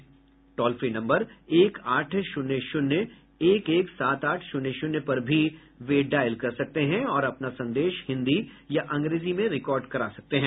वे toll free number एक आठ शून्य शून्य एक एक सात आठ शून्य शून्य पर भी डायल कर सकते हैं और अपना संदेश हिंदी या अंग्रेजी में रिकॉर्ड करा सकते हैं